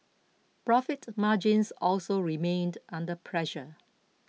profit margins also remained under pressure